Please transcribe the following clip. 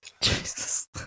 Jesus